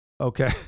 Okay